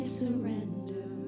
surrender